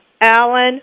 Alan